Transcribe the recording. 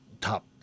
top